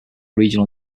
regional